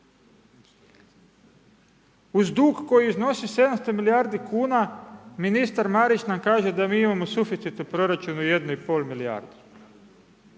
Uz dug koji iznosi 7 milijardi kuna ministar Marić nam kaže da mi imamo suficit u proračunu 1 i pol milijardu.